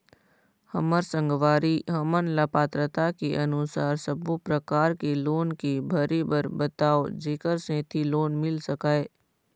हमर संगवारी हमन ला पात्रता के अनुसार सब्बो प्रकार के लोन के भरे बर बताव जेकर सेंथी लोन मिल सकाए?